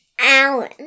Alan